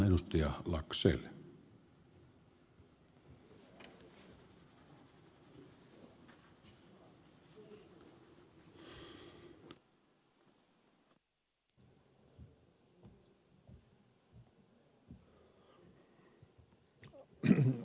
arvoisa herra puhemies